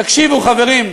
תקשיבו, חברים,